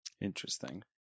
Interesting